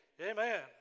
Amen